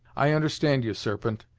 i understand you, serpent,